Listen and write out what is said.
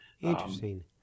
Interesting